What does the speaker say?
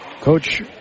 Coach